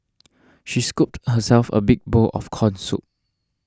she scooped herself a big bowl of Corn Soup